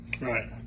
Right